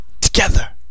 Together